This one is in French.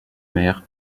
mère